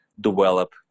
develop